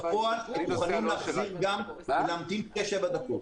בפועל הם מוכנים להמתין גם כשבע דקות.